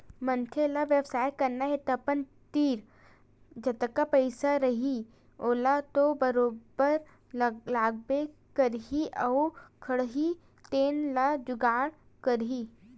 मनखे ल बेवसाय करना हे तअपन तीर जतका पइसा रइही ओला तो बरोबर लगाबे करही अउ खंगही तेन ल जुगाड़ करही